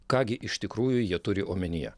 ką gi iš tikrųjų jie turi omenyje